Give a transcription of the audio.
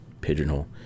pigeonhole